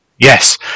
Yes